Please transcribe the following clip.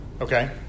Okay